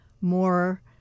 more